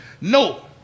No